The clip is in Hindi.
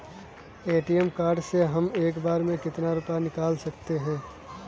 ए.टी.एम कार्ड से हम एक बार में कितना रुपया निकाल सकते हैं?